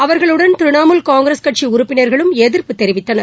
அவர்களுடன் திரிணாமுல் காங்கிரஸ் கட்சி உறுப்பினர்களும் எதிர்ப்பு தெரிவித்தனர்